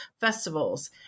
festivals